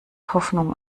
hoffnung